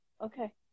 Okay